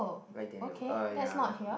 right Daniel oh ya